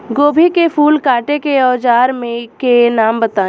गोभी के फूल काटे के औज़ार के नाम बताई?